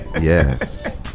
yes